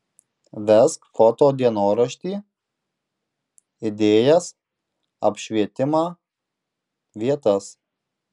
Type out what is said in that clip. vesk foto dienoraštį idėjas apšvietimą vietas